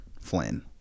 Flynn